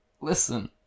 listen